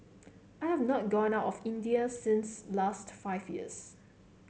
I have not gone out of India since last five years